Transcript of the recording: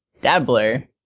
Dabbler